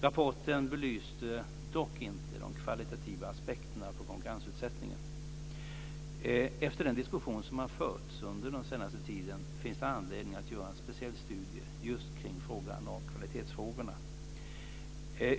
Rapporten belyste dock inte de kvalitativa aspekterna på konkurrensutsättningen. Efter den diskussion som har förts under den senaste tiden finns det anledning att göra en speciell studie just kring kvalitetsfrågorna.